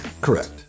Correct